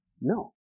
No